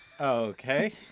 Okay